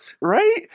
Right